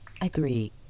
Agree